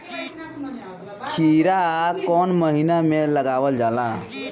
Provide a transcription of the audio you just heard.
खीरा कौन महीना में लगावल जाला?